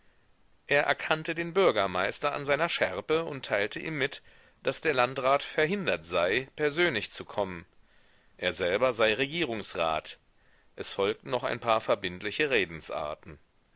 er erkannte den bürgermeister an seiner schärpe und teilte ihm mit daß der landrat verhindert sei persönlich zu kommen er selber sei regierungsrat es folgten noch ein paar verbindliche redensarten